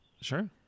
Sure